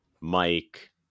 Mike